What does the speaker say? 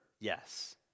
Yes